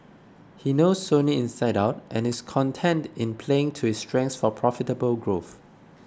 he knows Sony inside out and is content in playing to his strengths for profitable growth